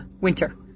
winter